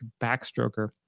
backstroker